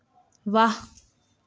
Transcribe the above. वाह्